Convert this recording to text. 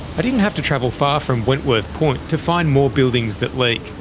i didn't have to travel far from wentworth point to find more buildings that leak.